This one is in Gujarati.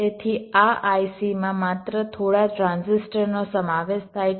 તેથી આ ICમાં માત્ર થોડા ટ્રાન્ઝિસ્ટર નો સમાવેશ થાય છે